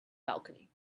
balcony